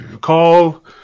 Call